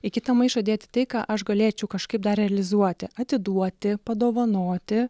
į kitą maišą dėti tai ką aš galėčiau kažkaip dar realizuoti atiduoti padovanoti